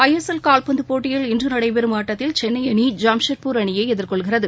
ஐ S L கால்பந்துப் போட்டியில் இன்று நடைபெறும் ஆட்டத்தில் சென்னை அணி ஜாம்ஷெட்பூர் அணியை எதிர்கொள்கிறது